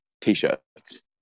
t-shirts